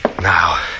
Now